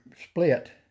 split